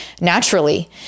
naturally